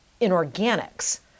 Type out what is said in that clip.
inorganics